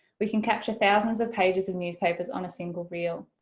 we can capture thousands of pages of newspapers on a single reel.